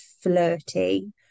flirty